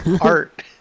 art